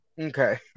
Okay